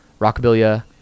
Rockabilia